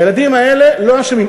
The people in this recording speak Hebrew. הילדים האלה לא אשמים.